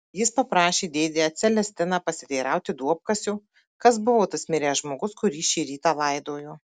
jis paprašė dėdę celestiną pasiteirauti duobkasio kas buvo tas miręs žmogus kurį šį rytą laidojo